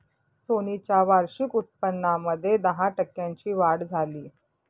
Sony च्या वार्षिक उत्पन्नामध्ये दहा टक्क्यांची वाढ झाली